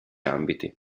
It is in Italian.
ambiti